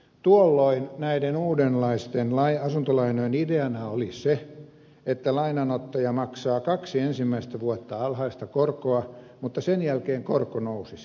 tuolloin näiden uudenlaisten asuntolainojen ideana oli se että lainanottaja maksaa kaksi ensimmäistä vuotta alhaista korkoa mutta sen jälkeen korko nousisi